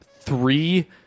three